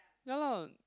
ya lah